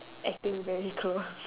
acting very close